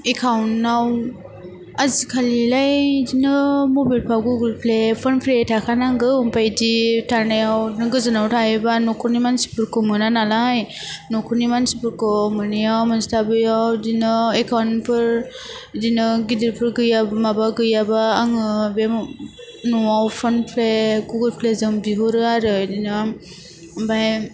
एकाउन्टनाव आजिखालिलाइ इदिनो माबेलफाव गुगोल प्ले फन पे थाखानांगौ आमफाय इदि थानायाव नों गोजानाव थायोबा नख'रनि मानसिफोरखौ मोना नालाय नख'रनि मानसिफोरखौ मोनैयाव मोनस्लाबैयाव बिदिनो एकाउन्टफोर बिदिनो गिदिरफोर गैया माबा गैयाबा आङो बे न'वाव फन पे गुगोन प्लेजों बिहरो आरो इदिनो आमफाय